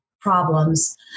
problems